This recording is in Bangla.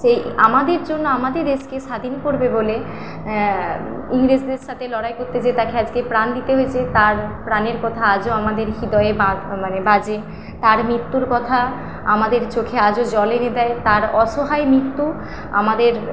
সেই আমাদের জন্য আমাদের দেশকে স্বাধীন করবে বলে ইংরেজদের সাতে লড়াই করতে যেয়ে তাকে আজকে প্রাণ দিতে হয়েছে তার প্রাণের কথা আজও আমাদের হিদয়ে বাজে তার মৃত্যুর কথা আমাদের চোখে আজও জল এনে দেয় তার অসহায় মৃত্যু আমাদের